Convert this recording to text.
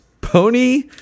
pony